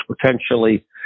potentially